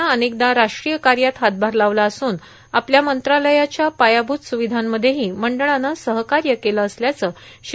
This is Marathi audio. नं अनेकदा राष्ट्रीय कायात हातभार लावला असून आपल्या मंत्रालयाच्या पायाभूत सुविधांमध्येही मंडळानं सहकाय केलं असल्याचे श्री